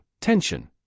tension